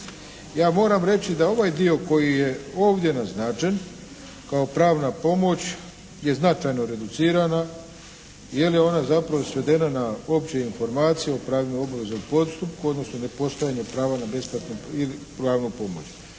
Ja moram reći da ovaj dio koji je ovdje naznačen kao pravna pomoć je značajno reducirana, jer je ona zapravo svedena na opće informacije o pravima i obavezama u postupku, odnosno nepostojanje prava na besplatnu ili pravnu pomoć.